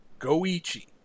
Goichi